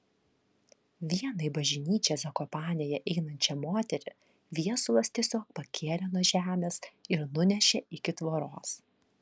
vieną į bažnyčią zakopanėje einančią moterį viesulas tiesiog pakėlė nuo žemės ir nunešė iki tvoros